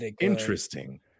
interesting